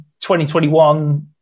2021